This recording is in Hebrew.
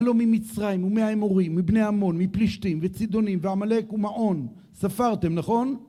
ממצרים ומהאמורים, מבני עמון, מפלישתים וצידונים, ועמלק ומעון, ספרתם, נכון?